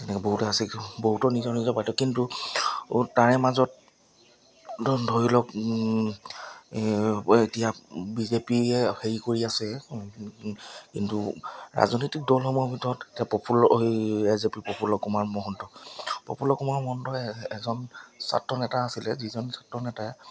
তেনেকৈ বহুতেই আছে কিন্তু বহুতৰ নিজৰ নিজৰ পাৰ্থক্য কিন্তু তাৰে মাজত ধৰি লওক এতিয়া বি জে পিএ হেৰি কৰি আছে কিন্তু ৰাজনৈতিক দলসমূহৰ ভিতৰত এতিয়া প্ৰফুল্ল এই A J P Prafulla Kumar Mahanta Prafulla Kumar Mahanta এজন ছাত্ৰ নেতা আছিলে যিজন ছাত্ৰ নেতাই